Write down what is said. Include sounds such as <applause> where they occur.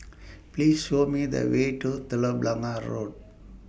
<noise> Please Show Me The Way to Telok Blangah Road